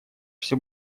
все